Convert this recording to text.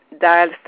dial